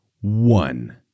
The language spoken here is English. One